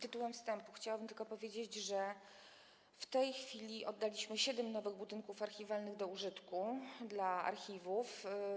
Tytułem wstępu chciałabym powiedzieć, że w tej chwili oddaliśmy siedem nowych budynków archiwalnych do użytku dla archiwów.